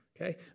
Okay